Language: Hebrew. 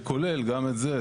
זה כולל גם את זה.